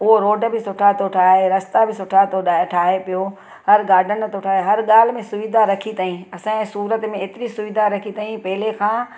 उहो रोड बि सुठा थो ठाहे रस्ता बि सुठा थो ठाहे पियो हर गाडन थो ठाहे हर ॻाल्हि में सुविधा रखी अथई असांजे सूरत में एतिरी सुविधा रखी अथई पहिरियों खां